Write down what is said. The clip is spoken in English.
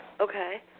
Okay